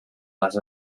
les